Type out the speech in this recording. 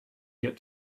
get